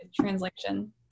translation